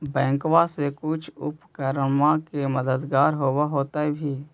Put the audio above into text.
बैंकबा से कुछ उपकरणमा के मददगार होब होतै भी?